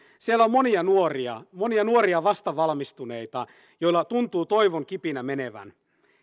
siellä on monia nuoria monia nuoria vastavalmistuneita joilla tuntuu toivon kipinä menevän